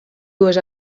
dues